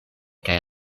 kaj